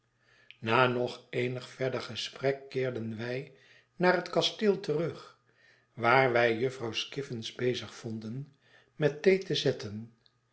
na nog eenig verder gesprek keerden wij naar het kasteel terug waar wij jufvrouw skiffins bezig vonden met thee te zetten